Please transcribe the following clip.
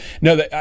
no